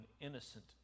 innocent